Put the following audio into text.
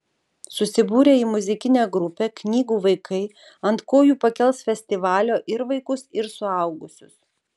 susibūrę į muzikinę grupę knygų vaikai ant kojų pakels festivalio ir vaikus ir suaugusius